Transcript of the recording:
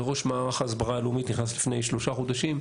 ראש מערך ההסברה הלאומי נכנס לפני שלושה חודשים,